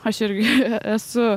aš irgi esu